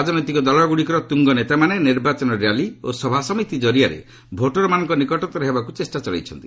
ରାଜନୈତିକ ଦଳଗ୍ରଡ଼ିକର ତ୍ରଙ୍ଗ ନେତାମାନେ ନିର୍ବାଚନୀ ର୍ୟାଲି ଓ ସଭାସମିତି ଜରିଆରେ ଭୋଟରମାନଙ୍କ ନିକଟତର ହେବାକୁ ଚେଷ୍ଟା କରୁଛନ୍ତି